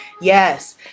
Yes